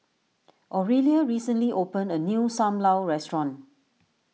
Aurelia recently opened a new Sam Lau restaurant